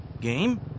Game